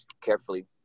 carefully